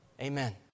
Amen